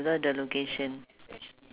it's a compulsory eh